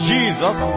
Jesus